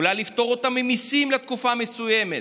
אולי לפטור אותם ממיסים לתקופה מסוימת.